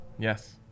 Yes